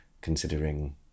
considering